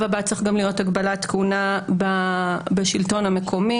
הבא צריך להיות הגבלת כהונה בשלטון המקומי.